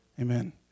Amen